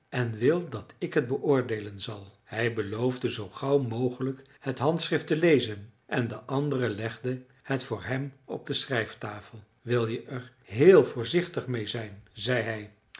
en wil dat ik het beoordeelen zal hij beloofde zoo gauw mogelijk het handschrift te lezen en de andere legde het voor hem op de schrijftafel wil je er heel voorzichtig meê zijn zei hij